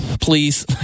please